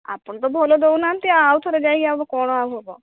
ଆପଣ ତ ଭଲ ଦଉନାହାନ୍ତି ଆଉ ଥରେ ଯାଇକି କ'ଣ ଆଉ ହେବ